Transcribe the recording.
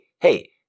hey